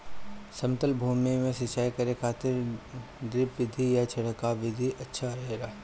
समतल भूमि में सिंचाई करे खातिर ड्रिप विधि या छिड़काव विधि अच्छा रहेला?